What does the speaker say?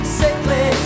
sickly